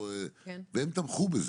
והם תמכו בזה.